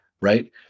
right